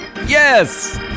Yes